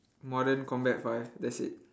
modern combat five that's it